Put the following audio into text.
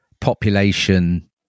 population